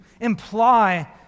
imply